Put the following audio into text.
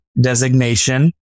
designation